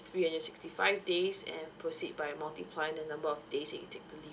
three hundred and sixty five days and proceed by multiplying the number of days that you take the leave